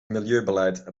milieubeleid